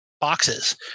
boxes